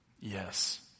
Yes